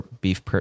Beef